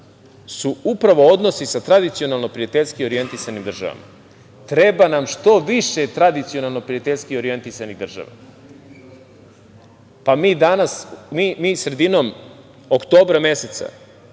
su upravo odnosi sa tradicionalno prijateljski orijentisanim državama. Treba nam što više tradicionalno prijateljski orijentisanih država. Mi danas, mi sredinom oktobra meseca